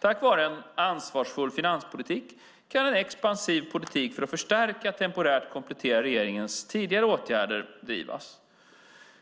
Tack vare en ansvarsfull finanspolitik kan en expansiv politik för att förstärka och temporärt komplettera regeringens tidigare åtgärder drivas.